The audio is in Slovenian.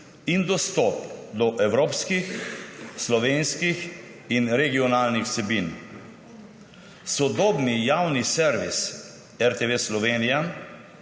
in dostop do evropskih, slovenskih in regionalnih vsebin. Sodobni javni servis RTV Slovenija